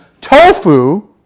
tofu